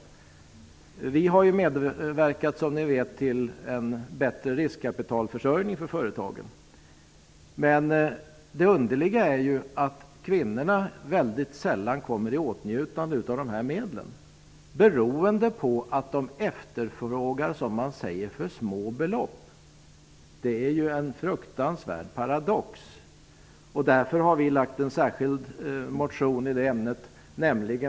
Som ni vet har vi medverkat till en bättre riskkapitalförsörjning för företagen. Det underliga är dock att kvinnorna ytterst sällan kommer i åtnjutande av dessa medel, beroende på att de efterfrågar, som man säger, för små belopp. Det är en fruktansvärd paradox. Därför har vi väckt en särskild motion i det ämnet.